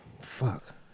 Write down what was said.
Fuck